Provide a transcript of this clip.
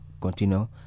continue